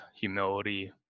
humility